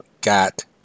Got